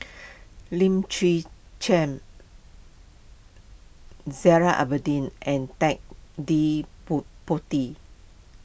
Lim Chwee Chian Zainal Abidin and Ted De Pon Ponti